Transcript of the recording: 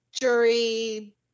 jury